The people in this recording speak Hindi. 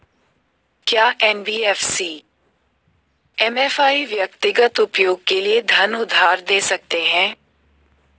क्या एन.बी.एफ.सी एम.एफ.आई व्यक्तिगत उपयोग के लिए धन उधार दें सकते हैं?